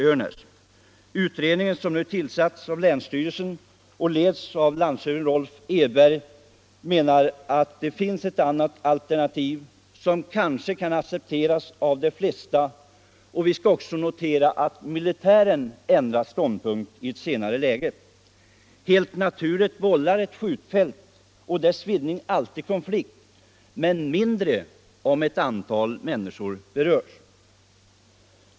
En utredning, ledd av landshövding Rolf Edberg, är tillsatt av länsstyrelsen. Utredningen arbetar med ett annat alternativ, som kanske kan accepteras av de flesta. Vi kan notera att även de militära myndigheterna har ändrat ståndpunkt på senare tid. Helt naturligt vållar ett skjutfält och dess vidgning alltid konflikt men mindre om ett fåtal människor berörs.